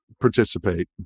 participate